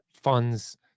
funds